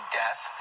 death